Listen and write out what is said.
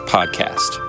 Podcast